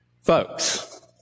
Folks